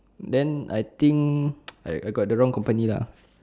then I think I I got the wrong company lah